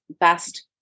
best